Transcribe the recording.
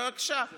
בבקשה, תצליחו.